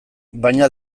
baina